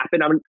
happen